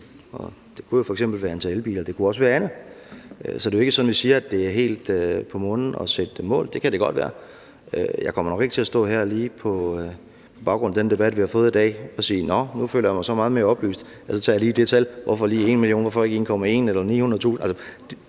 et bestemt antal elbiler, men det kunne også være noget andet. Så det er jo ikke sådan, at jeg siger, at det er helt på månen at sætte det mål – det kunne man godt gøre – men jeg kommer nok ikke til at stå på baggrund af den debat, vi har haft i dag, og sige: Nå, nu føler jeg mig så meget mere oplyst, og så nævner jeg lige det tal. Hvorfor lige 1 million? Hvorfor ikke 1,1 millioner eller 900.000?